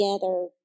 together